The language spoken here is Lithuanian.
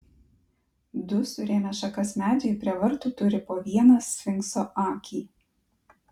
du surėmę šakas medžiai prie vartų turi po vieną sfinkso akį